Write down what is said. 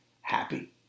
happy